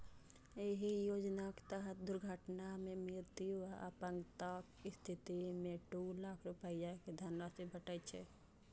एहि योजनाक तहत दुर्घटना मे मृत्यु आ अपंगताक स्थिति मे दू लाख रुपैया के धनराशि भेटै छै